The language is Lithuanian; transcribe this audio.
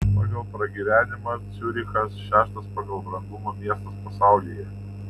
pagal pragyvenimą ciurichas šeštas pagal brangumą miestas pasaulyje